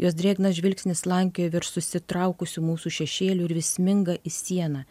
jos drėgnas žvilgsnis slankioja virš susitraukusių mūsų šešėlių ir vis sminga į sieną